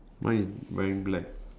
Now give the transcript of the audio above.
mine is wearing black